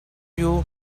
you